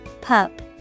Pup